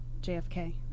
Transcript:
JFK